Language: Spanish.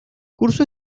cursó